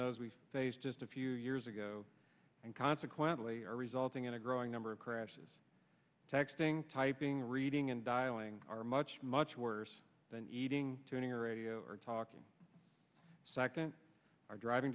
those we faced just a few years ago and consequently are resulting in a growing number of crashes texting typing reading and dialing are much much worse than eating tuning a radio or talking second are driving